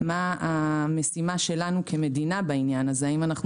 מה המשימה שלנו כמדינה בעניין הזה האם אנחנו